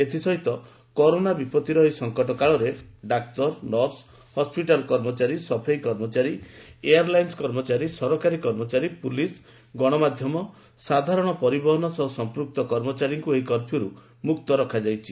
ଏଥିସହିତ କରୋନା ବିପତ୍ତିର ଏହି ସଙ୍କଟ କାଳରେ ଡାକ୍ତର ନର୍ସ ହସ୍ୱିଟାଲ୍ କର୍ମଚାରୀ ସଫେଇ କର୍ମଚାରୀ ଏୟାର୍ ଲାଇନ୍ସ୍ କର୍ମଚାରୀ ସରକାରୀ କର୍ମଚାରୀ ପୁଲିସ୍ ଗଣମାଧ୍ୟମ ସାଧାରଣ ପରିବହନ ସହ ସମ୍ପ୍ରକ୍ତ କର୍ମଚାରୀଙ୍କୁ ଏହି କର୍ଫ୍ୟରୁ ମୁକ୍ତ ରଖାଯାଇଛି